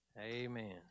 Amen